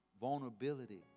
vulnerability